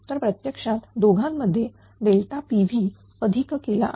तर प्रत्यक्षात दोघांमध्ये PV अधिक केला आहे